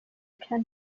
can